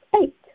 eight